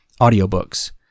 audiobooks